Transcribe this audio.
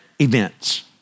Events